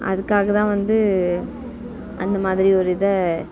அதுக்காக தான் வந்து அந்த மாதிரி ஒரு இதை